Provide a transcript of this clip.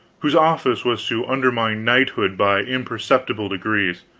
whose office was to undermine knighthood by imperceptible degrees,